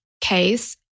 case